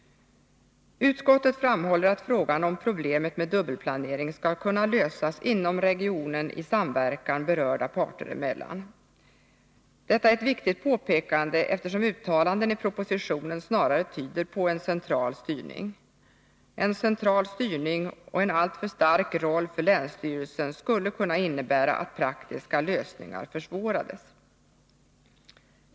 Utskottet framhåller att frågan om problemet med dubbelplanering skall kunna lösas inom regionen i samverkan berörda parter emellan. Detta är ett viktigt påpekande, eftersom det finns uttalanden i propositionen som snarare tyder på en central styrning. En central styrning och en alltför stark roll för länsstyrelsen skulle kunna innebära att praktiska lösningar försvårades.